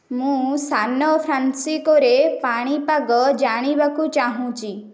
ମୁଁ ସାନ ଫ୍ରାନ୍ସିିକୋରେ ପାଣିପାଗ ଜାଣିବାକୁ ଚାହୁଁଛି